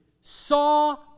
saw